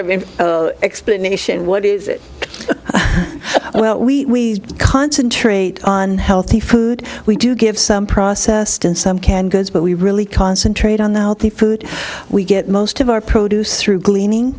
of explanation what is it well we concentrate on healthy food we do give some processed and some canned goods but we really concentrate on the healthy food we get most of our produce through cleaning